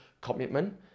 commitment